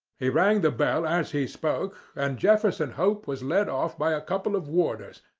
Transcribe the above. he rang the bell as he spoke, and jefferson hope was led off by a couple of warders,